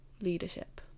leadership